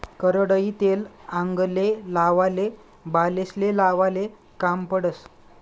करडईनं तेल आंगले लावाले, बालेस्ले लावाले काम पडस